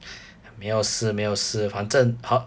没有事没有事反正